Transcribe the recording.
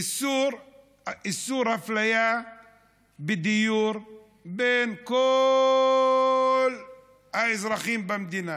איסור הפליה בדיור בין כל האזרחים במדינה.